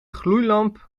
gloeilamp